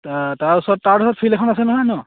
তাৰ ওচৰত তাৰপিছত ফিল্ড এখন আছে নহয় ন